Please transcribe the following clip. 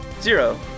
zero